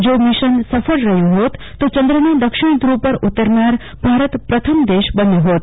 જો મિશન સફળ રહ્યું ફોત તો ચંદ્રના દક્ષિણ ધ્રુવ પર ઉતરનાર ભારત પ્રથમ દેશ બન્યો ફોત